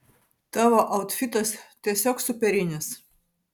tavo autfitas tiesiog superinis